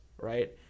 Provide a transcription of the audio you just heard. Right